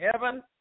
heaven